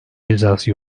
cezası